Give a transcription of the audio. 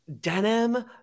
denim